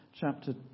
chapter